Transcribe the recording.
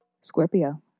Scorpio